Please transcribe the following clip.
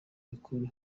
mikuru